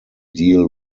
deal